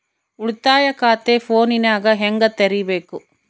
ಉಳಿತಾಯ ಖಾತೆ ಫೋನಿನಾಗ ಹೆಂಗ ತೆರಿಬೇಕು?